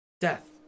Death